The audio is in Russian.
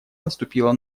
наступила